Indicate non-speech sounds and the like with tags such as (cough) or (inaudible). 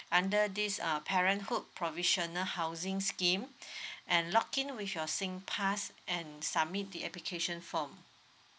under this uh parenthood provisional housing scheme (breath) and login with your singpass and submit the application form